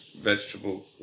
vegetable